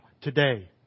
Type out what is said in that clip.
today